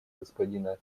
господина